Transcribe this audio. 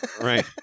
right